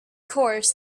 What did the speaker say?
course